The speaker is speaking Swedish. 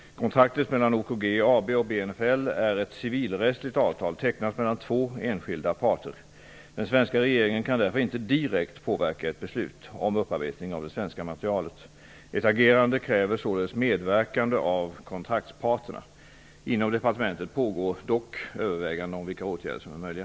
Kontraktet mellan OKG AB och BNFL är ett civilrättsligt avtal tecknat mellan två enskilda parter. Den svenska regeringen kan därför inte direkt, påverka ett beslut om upparbetning av det svenska materialet. Ett agererande kräver således medverkan av kontraktsparterna. Inom departementet pågår dock överväganden om vilka åtgärder som är möjliga.